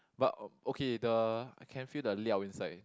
but uh okay the I can feel the inside